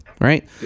right